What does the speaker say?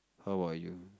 how about you